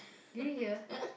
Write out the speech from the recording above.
do you hear